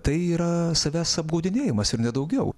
tai yra savęs apgaudinėjimas ir ne daugiau